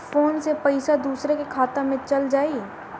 Phone से पईसा दूसरे के खाता में चल जाई?